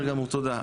בסדר גמור, תודה.